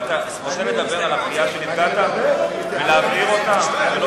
אתה רוצה לדבר על הפגיעה שנפגעת ולהבהיר אותה?